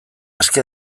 aske